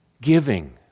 giving